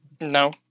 No